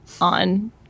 on